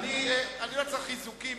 אני לא צריך חיזוקים.